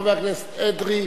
חבר הכנסת אדרי,